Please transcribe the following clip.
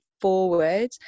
forward